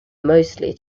mostly